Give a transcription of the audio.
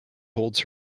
holds